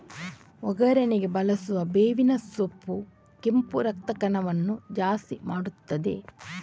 ಒಗ್ಗರಣೆಗೆ ಬಳಸುವ ಬೇವಿನ ಸೊಪ್ಪು ಕೆಂಪು ರಕ್ತ ಕಣವನ್ನ ಜಾಸ್ತಿ ಮಾಡ್ತದೆ